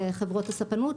לחברות הספנות,